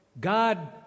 God